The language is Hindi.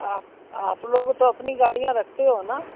आप आप लोग तो अपनी गाड़ियाँ रखते हो ना